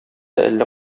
әллә